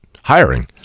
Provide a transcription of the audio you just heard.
hiring